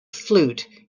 flute